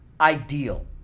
ideal